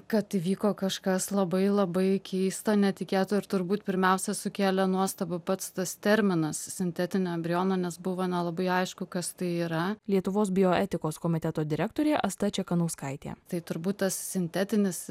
kad įvyko kažkas labai labai keisto netikėto ir turbūt pirmiausia sukėlė nuostabą pats tas terminas sintetinio embriono nes buvo nelabai aišku kas tai yra lietuvos bioetikos komiteto direktorė asta čekanauskaitė tai turbūt tas sintetinis